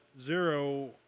zero